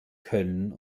köln